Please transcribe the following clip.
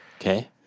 Okay